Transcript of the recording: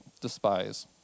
despise